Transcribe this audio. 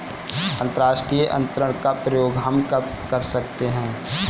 अंतर्राष्ट्रीय अंतरण का प्रयोग हम कब कर सकते हैं?